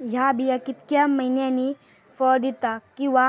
हया बिया कितक्या मैन्यानी फळ दिता कीवा